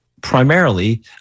primarily